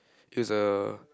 is a